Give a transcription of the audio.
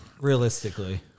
realistically